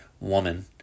woman